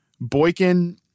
Boykin